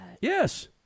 Yes